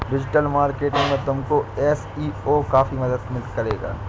digital marketing में तुमको SEO काफी मदद करेगा